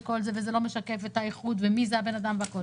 שזה לא משקף את האיכות וכו'.